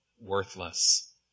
worthless